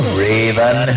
raven